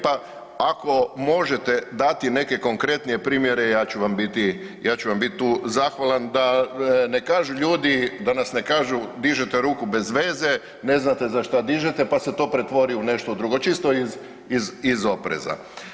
Pa ako možete dati neke konkretnije primjere ja ću vam biti tu zahvalan da ne kažu ljudi, da nam ne kažu dižete ruku bezveze, ne znate za šta dižete pa se to pretvori u nešto drugo čisto iz opreza.